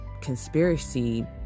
conspiracy